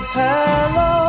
hello